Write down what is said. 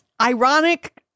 ironic